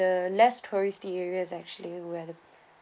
the less touristy areas actually where the